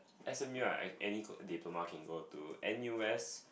S_M_U right like any good diploma you can go to N_U_S